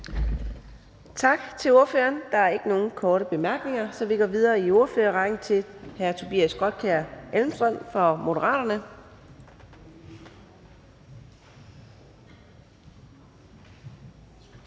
Tak til ordføreren. Der er ikke nogen korte bemærkninger, så vi går videre i ordførerrækken til hr. Tobias Grotkjær Elmstrøm fra Moderaterne.